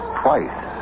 twice